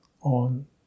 on